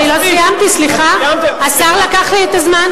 אני לא סיימתי, סליחה, השר לקח לי את הזמן.